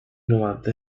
novanta